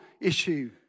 issue